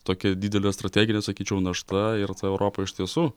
tokia didelė strateginė sakyčiau našta ir ta europa iš tiesų